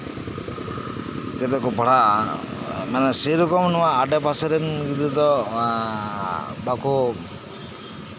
ᱚᱸᱰᱮ ᱠᱚ ᱯᱟᱲᱦᱟᱜᱼᱟ ᱢᱟᱱᱮ ᱥᱮᱨᱚᱠᱚᱢ ᱱᱚᱶᱟ ᱟᱰᱮᱼᱯᱟᱥᱮ ᱨᱮᱱ ᱜᱤᱫᱽᱨᱟᱹ ᱫᱚ ᱵᱟᱠᱚ